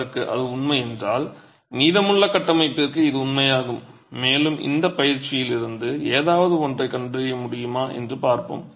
அதற்கு எது உண்மை என்றால் மீதமுள்ள கட்டமைப்பிற்கு இது உண்மையாகும் மேலும் இந்த பயிற்சியிலிருந்து ஏதாவது ஒன்றைக் கண்டறிய முடியுமா என்று பார்ப்போம்